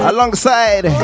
Alongside